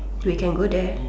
we can go there